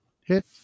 hit